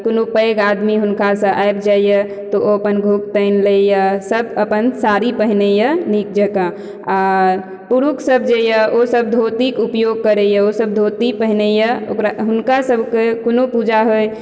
कोनो पैघ आदमी हुनकासँ आइशबि जाइया तऽ ओ अपन घोग तानि लैया सब अपन साड़ी पहिनैया नीक जकाँ आ पुरुख सब जे यऽ ओ सब धोतीक उपयोग करैया ओ सब धोती पहिनैया ओकरा हुनका सबके कोनो पूजा होइ